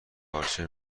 پارچه